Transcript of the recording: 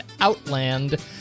Outland